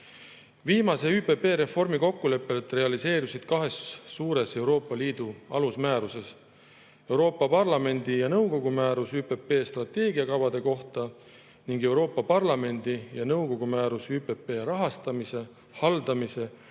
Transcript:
Viimase ÜPP reformi kokkulepped realiseerusid kahes suures Euroopa Liidu alusmääruses: Euroopa Parlamendi ja nõukogu määrus ÜPP strateegiakavade kohta ning Euroopa Parlamendi ja nõukogu määrus ÜPP rahastamise, haldamise